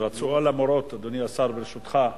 רצו על המורות, אדוני השר, ברשותך.